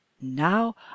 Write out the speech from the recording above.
Now